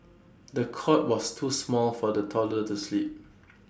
the cot was too small for the toddler to sleep